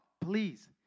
please